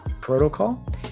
protocol